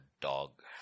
dog